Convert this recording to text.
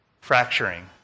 fracturing